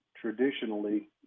traditionally